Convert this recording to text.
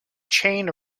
chain